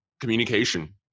communication